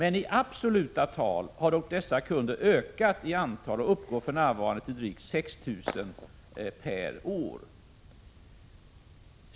I absoluta tal har dock dessa kunder ökat i antal och uppgår för närvarande till drygt 6 000 per år.